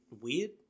weird